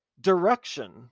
direction